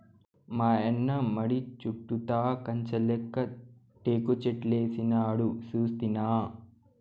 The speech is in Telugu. మాయన్న మడి చుట్టూతా కంచెలెక్క టేకుచెట్లేసినాడు సూస్తినా